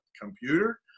computer